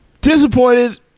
Disappointed